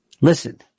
Listen